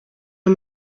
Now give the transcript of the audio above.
aya